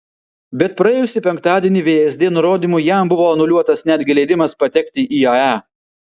bet praėjusį penktadienį vsd nurodymu jam buvo anuliuotas netgi leidimas patekti į ae